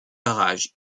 barrages